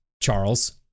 Charles